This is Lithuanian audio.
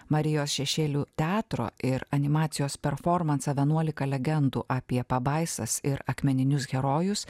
marijos šešėlių teatro ir animacijos performansą vienuolika legendų apie pabaisas ir akmeninius herojus